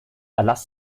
erlass